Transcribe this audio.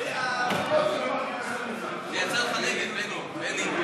ההצעה להעביר את